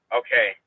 okay